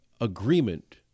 agreement